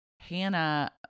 Hannah